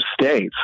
states